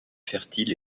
fertiles